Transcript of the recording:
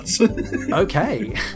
Okay